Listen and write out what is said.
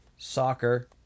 soccer